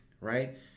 right